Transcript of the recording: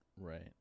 Right